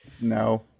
No